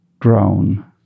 grown